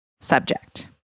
subject